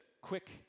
quick